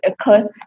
occurs